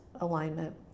alignment